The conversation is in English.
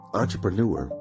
entrepreneur